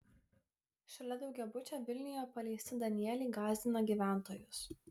šalia daugiabučio vilniuje paleisti danieliai gąsdina gyventojus